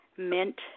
mint